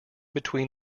between